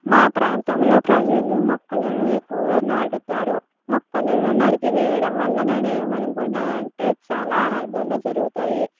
మా ప్రాంతంలో ప్రజలు మొక్కలను ఎక్కువగా నాటుతారు మొక్కలను నరికివేయడం వల్ల నేను ఏమనుకుంటున్నాను అంటే చాలా అనర్థాలు జరుగుతాయి